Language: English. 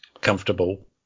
comfortable